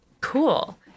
Cool